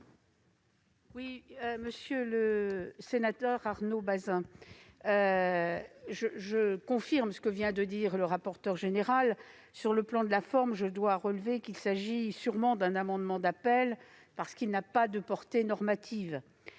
? Monsieur le sénateur Arnaud Bazin, je confirme ce que vient de dire le rapporteur spécial. Sur le plan de la forme, il s'agit sûrement d'un amendement d'appel, car il n'a pas de portée normative.